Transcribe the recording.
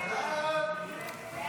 ההצעה להעביר את הצעת חוק